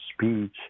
speech